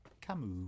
Camus